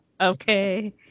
Okay